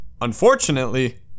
Unfortunately